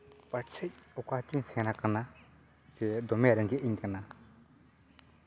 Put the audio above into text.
ᱯᱟᱪᱷᱮᱜ ᱚᱠᱟ ᱪᱚᱧ ᱥᱮᱱ ᱠᱟᱱᱟ ᱥᱮ ᱫᱚᱢᱮ ᱨᱮᱸᱜᱮᱡ ᱤᱧ ᱠᱟᱱᱟ